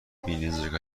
بینزاکتی